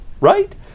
Right